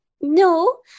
No